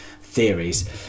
theories